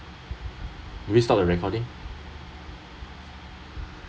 do we stop the recording